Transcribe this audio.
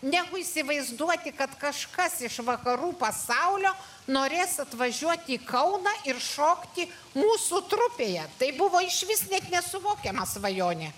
negu įsivaizduoti kad kažkas iš vakarų pasaulio norės atvažiuoti į kauną ir šokti mūsų trupėje tai buvo išvis net nesuvokiama svajonė